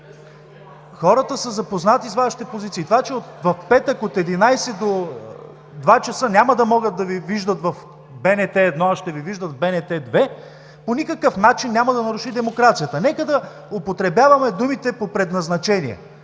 хората са запознати прекрасно с Вашите позиции. Това, че в петък от 11,00 ч. до 14,00 ч. няма да могат да Ви виждат в БНТ 1, а ще Ви виждат в БНТ 2, по никакъв начин няма да наруши демокрацията. Нека да употребяваме думите по предназначение,